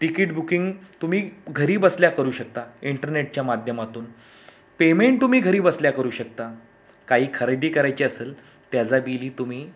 ticket booking तुम्ही घरी बसल्या करू शकता इंटरनेटच्या माध्यमातून पेमेंट तुम्ही घरी बसल्या करू शकता काही खरेदी करायची असेल त्याचं बिलही तुम्ही